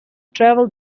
travelled